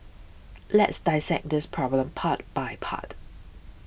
let's dissect this problem part by part